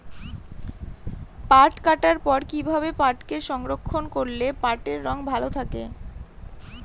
পাট কাটার পর কি ভাবে পাটকে সংরক্ষন করলে পাটের রং ভালো থাকে?